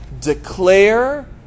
declare